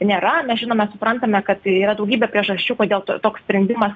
nėra mes žinome suprantame kad yra daugybė priežasčių kodėl toks sprendimas